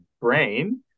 brain